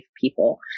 people